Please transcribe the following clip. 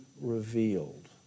revealed